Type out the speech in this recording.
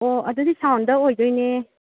ꯑꯣ ꯑꯗꯨꯗꯤ ꯁꯥꯎꯟꯗ ꯑꯣꯏꯗꯣꯏꯅꯦ